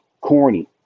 corny